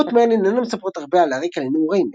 "נבואות מרלין" אינן מספרות הרבה על הרקע לנעורי מרלין.